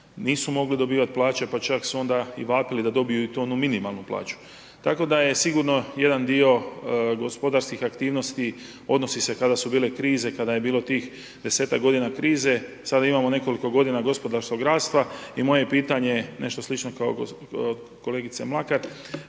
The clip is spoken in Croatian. nisu mogli dobivati plaće pa čak su onda i vapili da dobiju i tu onu minimalnu plaću. Tako da je sigurno jedan dio gospodarskih aktivnosti odnosi se kada su bile krize, kada je bilo tih desetak godina krize, sada imamo nekoliko godina gospodarskog rasta i moje je pitanje nešto slično kao kolegice Mlakar,